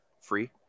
free